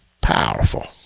Powerful